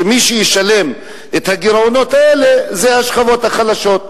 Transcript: ומי שישלם את הגירעונות האלה זה השכבות החלשות.